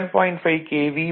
5 KV2